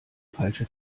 falsche